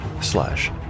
slash